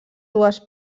dues